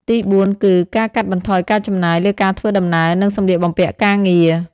ទីបួន គឺ ការកាត់បន្ថយការចំណាយ លើការធ្វើដំណើរ និងសំលៀកបំពាក់ការងារ។